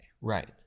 right